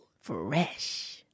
Fresh